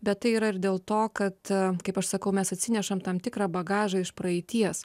bet tai yra ir dėl to kad kaip aš sakau mes atsinešam tam tikrą bagažą iš praeities